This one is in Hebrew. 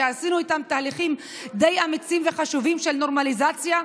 שעשינו איתן תהליכים די אמיצים וחשובים של נורמליזציה,